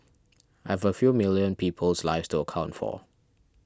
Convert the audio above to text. have a few million people's lives to account for